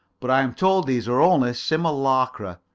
but i am told these are only simulacra.